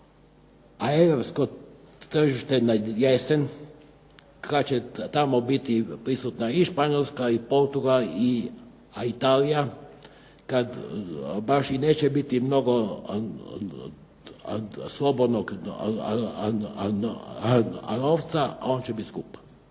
na europsko tržište na jesen, kad će tamo biti prisutna i Španjolska, i Portugal i Italija, kad baš i neće biti mnogo slobodnog novca, a on će bit skup.